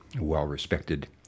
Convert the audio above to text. well-respected